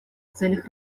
целях